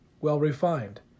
well-refined